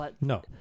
No